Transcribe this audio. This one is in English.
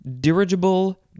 Dirigible